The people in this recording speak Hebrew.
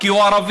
כי הוא ערבי.